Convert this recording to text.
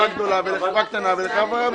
המצב.